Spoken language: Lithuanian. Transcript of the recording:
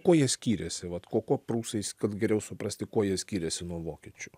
kuo jie skyrėsi vat kuo kuo prūsai s kad geriau suprasti kuo jie skyrėsi nuo vokiečių